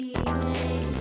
evening